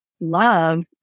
love